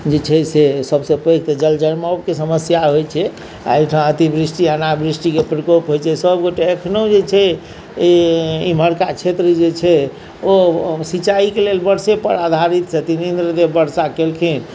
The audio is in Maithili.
जे छै से सभसँ पैघ तऽ जल जमावके समस्या होइत छै आ एहिठाम अतिवृष्टि अनावृष्टिके प्रकोप होइत छै सभ गोटे एखनहुँ जे छै एम्हरका क्षेत्र जे छै ओ सिंचाइके लेल वर्षेपर आधारित छथिन इन्द्रदेव वर्षा कयलखिन